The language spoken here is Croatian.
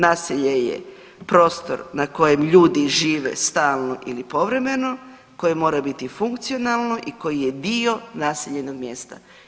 Naselje je prostor na kojem ljudi žive stalno ili povremeno, koje mora biti funkcionalno i koji je dio naseljenog mjesta.